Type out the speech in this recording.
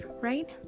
right